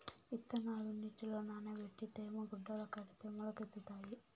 ఇత్తనాలు నీటిలో నానబెట్టి తేమ గుడ్డల కడితే మొలకెత్తుతాయి